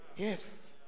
Yes